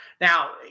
Now